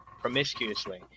promiscuously